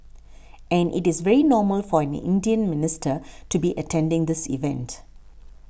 and it is very normal for an Indian minister to be attending this event